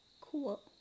Cool